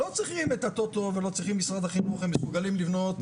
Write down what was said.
לא צריכים את הטוטו ולא צריכים משרד החינוך הם מסוגלים לבנות...